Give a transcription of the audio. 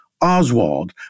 Oswald